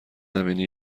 نبینه